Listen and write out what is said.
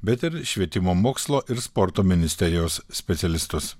bet ir švietimo mokslo ir sporto ministerijos specialistus